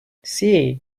see